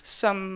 som